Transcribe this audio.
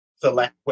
select